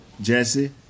Jesse